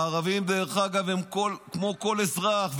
הערבים, דרך אגב, הם כמו כל אזרח.